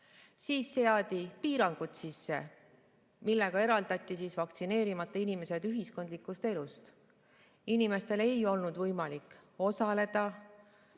sisse piirangud, millega eraldati vaktsineerimata inimesed ühiskondlikust elust. Inimestel ei olnud võimalik osaleda